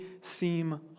seem